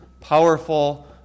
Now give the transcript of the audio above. powerful